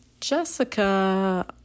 Jessica